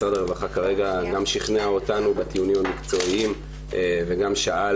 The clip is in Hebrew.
משרד הרווחה כרגע גם שכנע אותנו בטיעונים המקצועיים וגם שאל